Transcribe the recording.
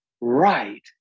right